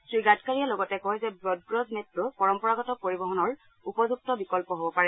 শ্ৰী গাডকাৰীয়ে লগতে কয় যে ৱডগজ মেট্ট' পৰম্পৰাগত পৰিবহণ উপযুক্ত বিকল্প হ'ব পাৰে